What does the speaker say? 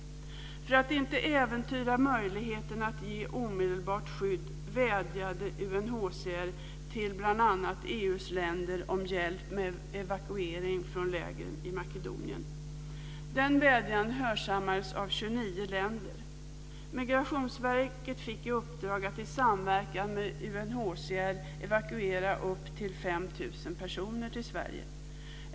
För att inte äventyra möjligheten att ge omedelbart skydd vädjade UNHCR till bl.a. EU:s länder om hjälp med evakuering från lägren i Makedonien. Den vädjan hörsammades av 29 länder. Migrationsverket fick i uppdrag att i samverkan med UNHCR evakuera upp till 5 000 personer till Sverige.